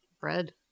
bread